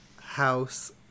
House